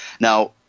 Now